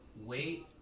wait